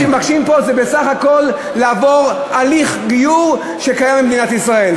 התיקון שמבקשים פה זה בסך הכול לעבור הליך גיור שקיים במדינת ישראל,